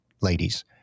ladies